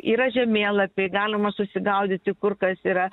yra žemėlapiai galima susigaudyti kur kas yra